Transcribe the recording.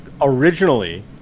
originally